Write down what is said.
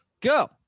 Go